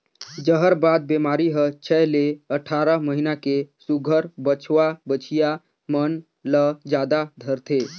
जहरबाद बेमारी हर छै ले अठारह महीना के सुग्घर बछवा बछिया मन ल जादा धरथे